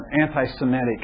anti-Semitic